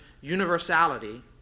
universality